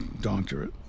doctorate